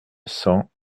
cent